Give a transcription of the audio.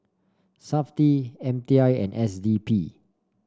Safti M T I and S D P